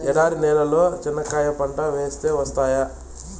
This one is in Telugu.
ఎడారి నేలలో చెనక్కాయ పంట వేస్తే వస్తాయా?